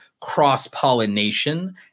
cross-pollination